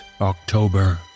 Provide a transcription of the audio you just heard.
October